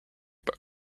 book